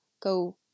go